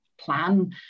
plan